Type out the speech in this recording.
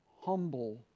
Humble